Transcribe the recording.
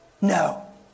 No